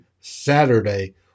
Saturday